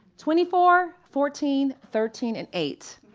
twenty four, fourteen, thirteen, and eight.